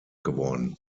geworden